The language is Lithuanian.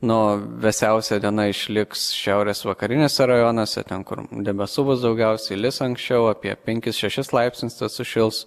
na o vėsiausia diena išliks šiaurės vakariniuose rajonuose ten kur debesų bus daugiausiai lis anksčiau apie penkis šešis laipsnius tesušils